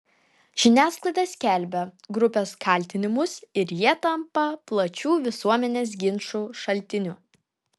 žiniasklaida skelbia grupės kaltinimus ir jie tampa plačių visuomenės ginčų šaltiniu